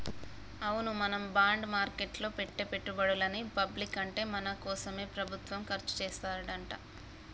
అవును మనం బాండ్ మార్కెట్లో పెట్టే పెట్టుబడులని పబ్లిక్ అంటే మన కోసమే ప్రభుత్వం ఖర్చు చేస్తాడంట